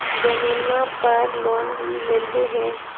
जमीनवा पर लोन लेलहु हे?